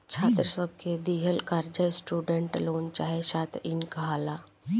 छात्र सब के दिहल कर्जा स्टूडेंट लोन चाहे छात्र इन कहाला